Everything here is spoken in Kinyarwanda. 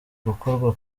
gukorwa